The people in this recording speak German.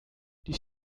die